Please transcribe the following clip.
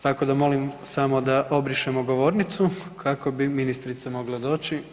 Tako da molim samo da obrišemo govornicu kako bi ministrica mogla doći.